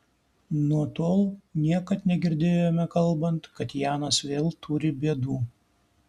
nuo tol niekad negirdėjome kalbant kad janas vėl turi bėdų